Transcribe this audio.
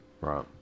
right